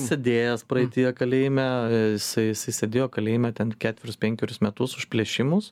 sėdėjęs praeityje kalėjime jisai jisai sėdėjo kalėjime ten ketverius penkerius metus už plėšimus